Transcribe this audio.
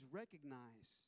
recognize